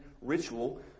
ritual